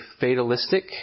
fatalistic